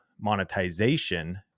monetization